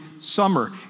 summer